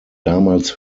damals